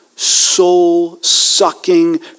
soul-sucking